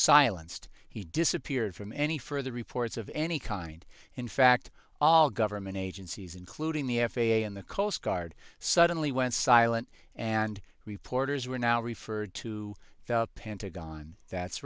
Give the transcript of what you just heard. silenced he disappeared from any further reports of any kind in fact all government agencies including the f a a and the coast guard suddenly went silent and reporters were now referred to the pentagon that's